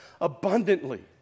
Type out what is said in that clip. abundantly